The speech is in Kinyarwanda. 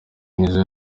nizzo